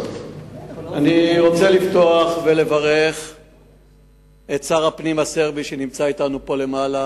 אני רוצה לפתוח ולברך את שר הפנים הסרבי שנמצא אתנו פה למעלה,